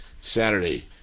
Saturday